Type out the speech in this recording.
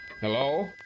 Hello